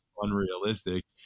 unrealistic